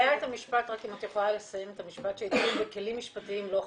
את יכולה רק לסיים את המשפט: "כלים משפטיים לא חסרים",